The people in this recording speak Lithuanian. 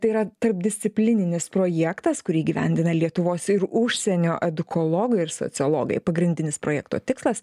tai yra tarpdisciplininis projektas kurį įgyvendina lietuvos ir užsienio edukologai ir sociologai pagrindinis projekto tikslas